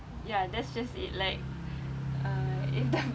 ya that's just it like uh it's the